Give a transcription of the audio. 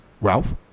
Ralph